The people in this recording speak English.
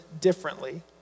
differently